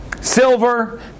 silver